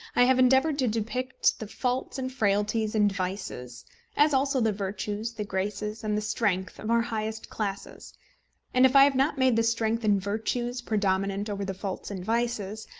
i have endeavoured to depict the faults and frailties and vices as also the virtues, the graces, and the strength of our highest classes and if i have not made the strength and virtues predominant over the faults and vices,